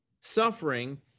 Suffering